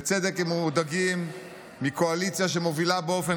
בצדק הם מודאגים מקואליציה שמובילה באופן